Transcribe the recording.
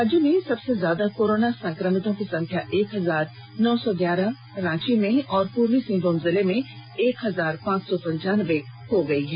राज्य में सबसे ज्यादा कोरोना संक्रमितों की संख्या एक हजार नौ सौ ग्यारह रांची में और पूर्वी सिंहभूम जिले में एक हजार पांच सौ पंचानबे हो गई है